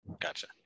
Gotcha